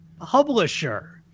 Publisher